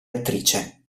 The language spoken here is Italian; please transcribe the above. attrice